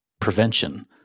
prevention